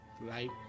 right